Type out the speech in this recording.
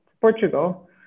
Portugal